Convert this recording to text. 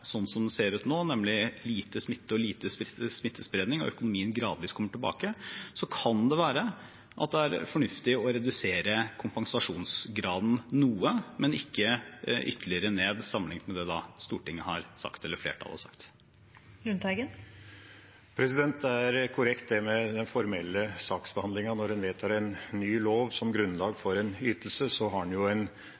sånn som den ser ut nå, nemlig lite smitte og smittespredning og at økonomien gradvis kommer tilbake, kan det være fornuftig å redusere kompensasjonsgraden noe, men ikke ytterligere ned sammenlignet med det flertallet i Stortinget har sagt. Det er korrekt det med den formelle saksbehandlingen: Når en vedtar en ny lov som grunnlag